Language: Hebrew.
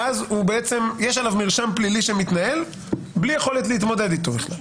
ואז יש עליו מרשם פלילי שמתנהל בלי יכולת להתמודד איתו בכלל.